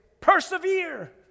Persevere